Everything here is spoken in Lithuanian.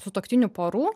sutuoktinių porų